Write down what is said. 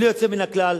בלי יוצא מן הכלל,